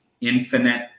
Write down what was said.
Infinite